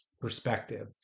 perspective